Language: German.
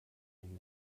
ihn